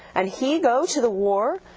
and he go to the war,